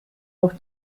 auch